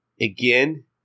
again